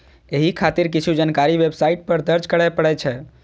एहि खातिर किछु जानकारी वेबसाइट पर दर्ज करय पड़ै छै